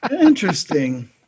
interesting